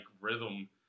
rhythm